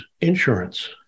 insurance